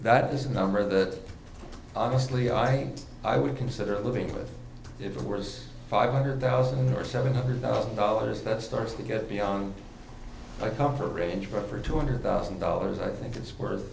that is a number that honestly i i would consider living with it worse five hundred thousand or seven hundred thousand dollars that starts to get beyond my comfort range for two hundred thousand dollars i think it's worth